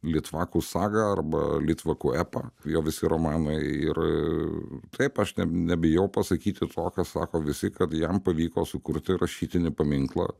litvakų sagą arba litvakų epą jo visi romanai ir taip aš ne nebijau pasakyti tokio sako visi kad jam pavyko sukurti rašytinį paminklą